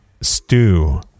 stew